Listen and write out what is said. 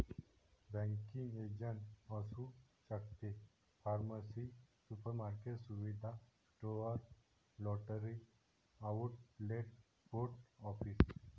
banking agent असू शकते pharmacy supermarket सुविधा store lottery outlet post office